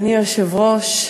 אדוני היושב-ראש,